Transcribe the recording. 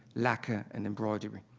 lacquer and embroidery.